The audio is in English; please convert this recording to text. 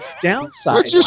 downside